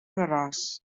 gros